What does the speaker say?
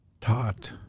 taught